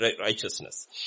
Righteousness